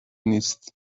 نیست